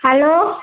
hello